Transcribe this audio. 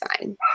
fine